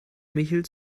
michel